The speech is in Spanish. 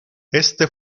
éste